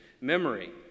memory